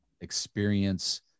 experience